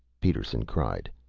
peterson cried.